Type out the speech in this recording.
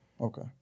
Okay